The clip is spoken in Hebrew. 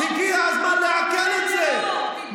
הגיע הזמן לעכל את זה.